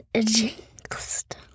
jinxed